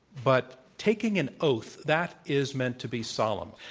but taking an oath, that is meant to be solemn.